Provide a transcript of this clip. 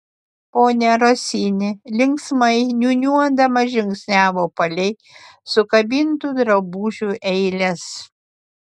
ponia rosini linksmai niūniuodama žingsniavo palei sukabintų drabužių eiles